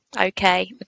Okay